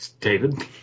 David